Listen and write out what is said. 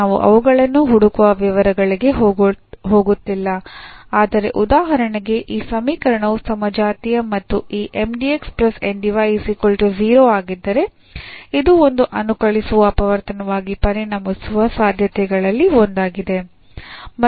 ನಾವು ಅವುಗಳನ್ನು ಹುಡುಕುವ ವಿವರಗಳಿಗೆ ಹೋಗುತ್ತಿಲ್ಲ ಆದರೆ ಉದಾಹರಣೆಗೆ ಈ ಸಮೀಕರಣವು ಸಮಜಾತೀಯ ಮತ್ತು ಈ ಆಗಿದ್ದರೆ ಇದು ಒಂದು ಅನುಕಲಿಸುವ ಅಪವರ್ತನವಾಗಿ ಪರಿಣಮಿಸುವ ಸಾಧ್ಯತೆಗಳಲ್ಲಿ ಒಂದಾಗಿದೆ